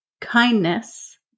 Kindness